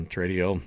Tradio